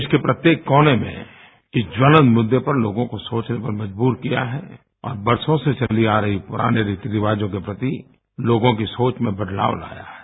देश के प्रत्येक कोने में इस प्वलंत मूरे पर लोगों को सोचने पर मजबूर किया है और बरसों से चले आ रहे पूराने रीति रिवाजों के प्रति लोगों की सोच में बदलाव लाया है